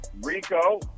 Rico